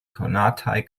konataj